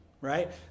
right